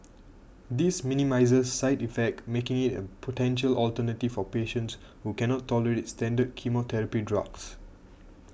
this minimises side effects making it a potential alternative for patients who cannot tolerate standard chemotherapy drugs